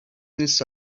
minutes